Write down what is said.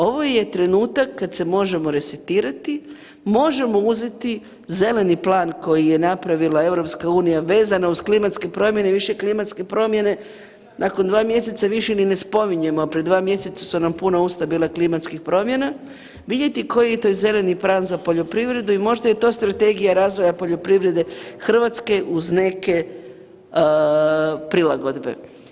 Ovo je trenutak kad se možemo resetirati, možemo uzeti zeleni plan koji je napravila EU vezano uz klimatske promjene, više klimatske promjene nakon 2 mjeseca više ni se spominjemo, a prije 2 mjeseca su nam puna usta bila klimatskih promjena, vidjeti koji je to zeleni prag za poljoprivredu i možda je to strategija razvoja poljoprivrede Hrvatske uz neke prilagodbe.